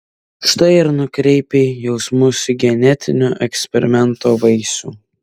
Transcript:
štai ir nukreipei jausmus į genetinio eksperimento vaisių